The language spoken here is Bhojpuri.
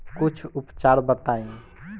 कुछ उपचार बताई?